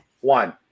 One